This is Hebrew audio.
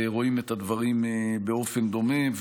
רואים את הדברים באופן דומה,